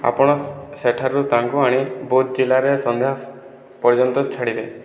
ଆପଣ ସେଠାରୁ ତାଙ୍କୁ ଆଣି ବୌଦ୍ଧ ଜିଲ୍ଲାରେ ସନ୍ଧ୍ୟା ପର୍ଯ୍ୟନ୍ତ ଛାଡ଼ିବେ